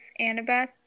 Annabeth